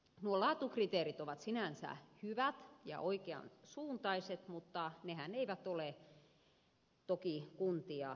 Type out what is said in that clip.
nuo laatukriteerit ovat sinänsä hyvät ja oikean suuntaiset mutta nehän eivät ole toki kuntia sitovia